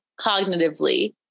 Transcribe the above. cognitively